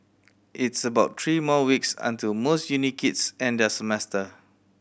it's about three more weeks until most uni kids end their semester